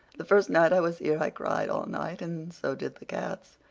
the first night i was here i cried all night, and so did the cats.